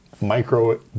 micro